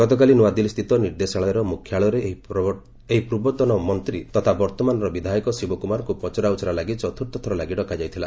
ଗତକାଲି ନୂଆଦିଲ୍ଲୀସ୍ଥିତ ନିର୍ଦ୍ଦେଶାଳୟର ମୁଖ୍ୟାଳୟରେ ଏହି ପୂର୍ବତନ ମନ୍ତ୍ରୀ ତଥା ବର୍ତ୍ତମାନର ବିଧାୟକ ଶିବକୁମାରଙ୍କୁ ପଚରାଉଚରା ଲାଗି ଚତୁର୍ଥ ଥର ଲାଗି ଡକାଯାଇଥିଲା